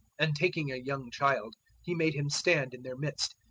and taking a young child he made him stand in their midst,